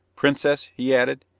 princess, he added,